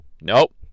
Nope